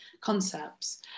concepts